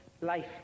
life